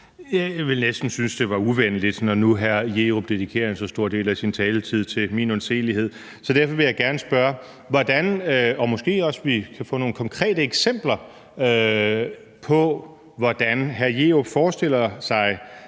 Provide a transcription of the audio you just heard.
Jeg ville næsten synes, at det var uvenligt, når nu hr. Bruno Jerup dedikerer en så stor del af sin taletid til min undseelighed, så derfor vil jeg gerne spørge, og måske kan vi også få nogle konkrete eksempler på, hvordan hr. Bruno Jerup forestiller sig